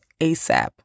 ASAP